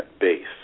base